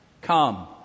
come